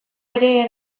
ere